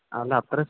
അല്ല അത്രയും